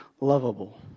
lovable